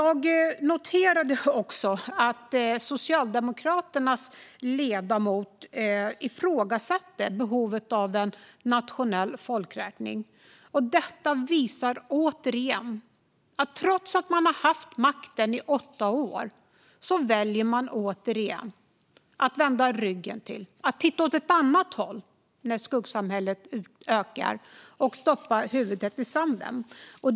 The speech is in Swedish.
Jag noterade också att Socialdemokraternas ledamot ifrågasatte behovet av en nationell folkräkning. Detta visar att trots att man har haft makten i åtta år väljer man återigen att vända ryggen till och titta åt ett annat håll när skuggsamhället växer. Man stoppar huvudet i sanden.